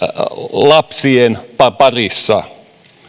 lapsien parissa